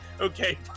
okay